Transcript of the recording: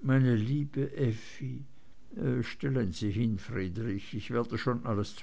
meine liebe effi stellen sie hin friedrich ich werde schon alles